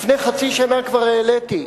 לפני חצי שנה כבר העליתי,